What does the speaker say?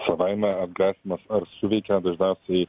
savaime atgrasymas ar suveikia dažniausiai